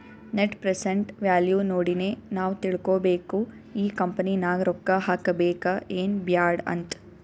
net present value ನೋಡಿನೆ ನಾವ್ ತಿಳ್ಕೋಬೇಕು ಈ ಕಂಪನಿ ನಾಗ್ ರೊಕ್ಕಾ ಹಾಕಬೇಕ ಎನ್ ಬ್ಯಾಡ್ ಅಂತ್